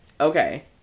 Okay